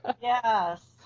Yes